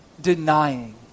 denying